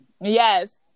Yes